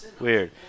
Weird